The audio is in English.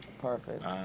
Perfect